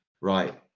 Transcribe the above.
right